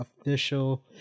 official